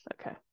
Okay